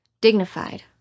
dignified